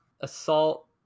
Assault